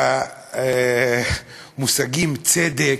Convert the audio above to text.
במושגים: צדק,